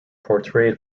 portrayed